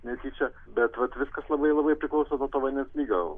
netyčia bet vat viskas labai labai priklauso nuo to vandens lygio